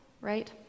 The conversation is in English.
right